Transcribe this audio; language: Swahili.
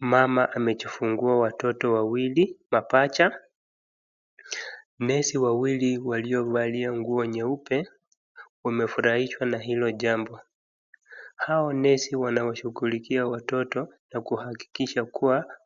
Mama amejifungua watoto wawili mapacha . Nesi wawili waliovalia nguo nyeupe wamefurahishwa na hilo jambo. Hao nesi wanawashughulikia hao watoto na kuhakikisha kuwa